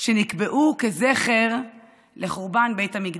שנקבעו כזכר לחורבן בית המקדש.